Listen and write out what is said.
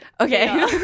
Okay